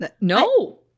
No